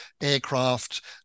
aircraft